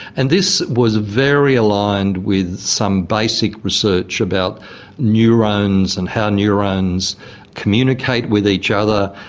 and this was very aligned with some basic research about neurones and how neurones communicate with each other.